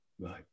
right